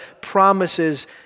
promises